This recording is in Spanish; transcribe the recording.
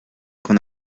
con